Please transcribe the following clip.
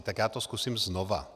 Tak já to zkusím znova.